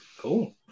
cool